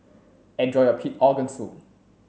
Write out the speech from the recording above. enjoy your pig organ soup